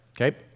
okay